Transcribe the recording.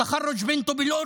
או לכביש 6, תחזרו.